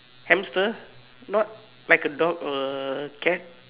hamster not like a dog or a cat